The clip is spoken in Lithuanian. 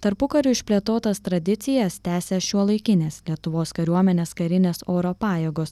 tarpukariu išplėtotas tradicijas tęsia šiuolaikinės lietuvos kariuomenės karinės oro pajėgos